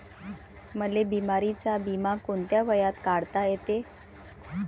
मले बिमारीचा बिमा कोंत्या वयात काढता येते?